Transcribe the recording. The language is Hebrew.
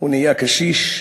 הוא נהיה קשיש,